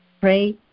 pray